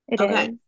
okay